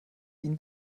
ihn